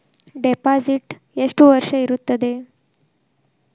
Deposit ಎಷ್ಟು ವರ್ಷ ಇರುತ್ತದೆ?